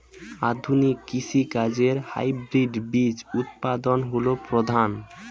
আধুনিক কৃষি কাজে হাইব্রিড বীজ উৎপাদন হল প্রধান